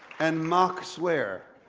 and mock swear.